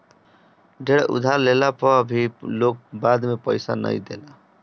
ढेर उधार लेहला पअ भी लोग बाद में पईसा नाइ देला